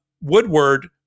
Woodward